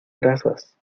grasas